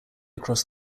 across